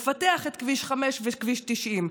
לפתח את כביש 5 ואת כביש 90,